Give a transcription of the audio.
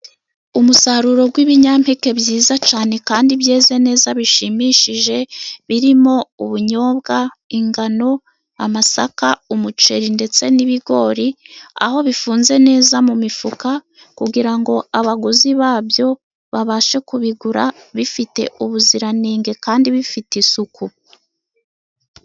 Umusaruro w'ibinyampeke byiza cyane, kandi byeze neza bishimishije birimo; ubunyobwa, ingano, amasaka, umuceri ndetse n'ibigori, aho bifunze neza mu mifuka kugira ngo abaguzi babyo babashe kubigura bifite ubuziranenge kandi bifite isuku.